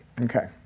Okay